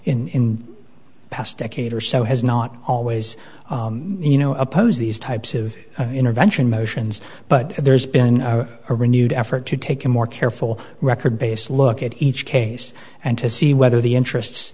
the past decade or so has not always you know oppose these types of intervention motions but there's been a renewed effort to take a more careful record based look at each case and to see whether the interests